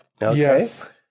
Yes